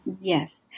Yes